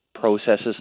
processes